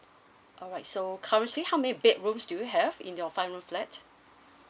alright so currently how many bedrooms do you have in your five room flat